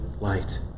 light